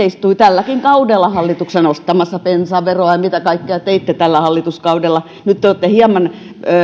istui tälläkin kaudella hallituksessa nostamassa bensaveroa ja mitä kaikkea teitte tällä hallituskaudella nyt te olette hieman